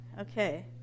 okay